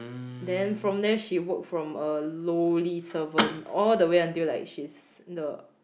then from there she work from a lowly servant all the way until like she's the